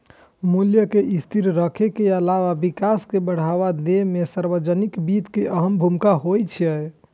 मूल्य कें स्थिर राखै के अलावा विकास कें बढ़ावा दै मे सार्वजनिक वित्त के अहम भूमिका होइ छै